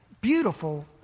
beautiful